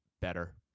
better